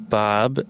bob